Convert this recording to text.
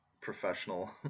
professional